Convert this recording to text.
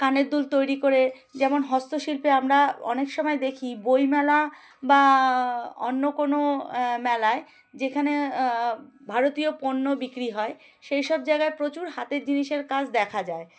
কানের দুল তৈরি করে যেমন হস্তশিল্পে আমরা অনেক সময় দেখি বইমেলা বা অন্য কোনো মেলায় যেখানে ভারতীয় পণ্য বিক্রি হয় সেই সব জায়গায় প্রচুর হাতের জিনিসের কাজ দেখা যায়